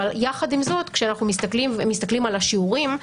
אבל יחד עם זאת כשאנחנו מסתכלים על השיעורים,